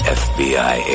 fbi